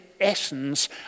essence